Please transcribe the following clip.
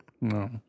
No